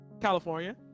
california